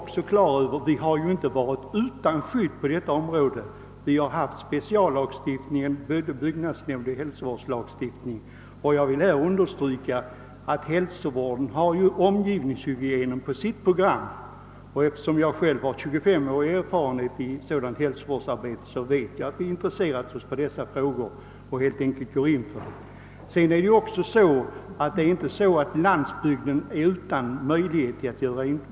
Vi har ju inte tidigare varit helt utan skydd på miljöområdet utan haft speciallagstiftning, både byggnadsnämndsoch hälsovårdslagstiftning, och jag vill understryka att omgivningshygienen tillhör hälsovårdens område. Eftersom jag har 25-årig erfarenhet av sådant hälsovårdsarbete vet jag också att det finns intresse för dessa frågor. Landsbygden är inte utan möjligheter.